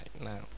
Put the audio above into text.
now